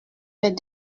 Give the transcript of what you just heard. fais